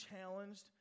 challenged